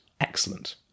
excellent